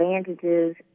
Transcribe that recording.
advantages